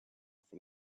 from